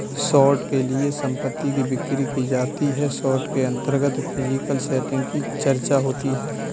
short के लिए संपत्ति की बिक्री की जाती है शॉर्ट के अंतर्गत फिजिकल सेटिंग की चर्चा होती है